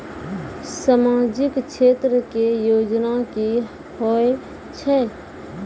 समाजिक क्षेत्र के योजना की होय छै?